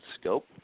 scope